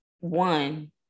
one